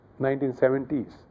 1970s